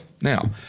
Now